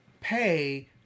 pay